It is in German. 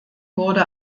wurde